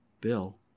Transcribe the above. Bill